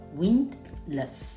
windless